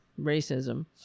racism